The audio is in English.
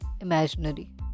imaginary